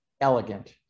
elegant